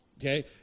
Okay